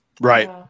Right